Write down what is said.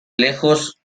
lejos